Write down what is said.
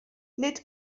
nid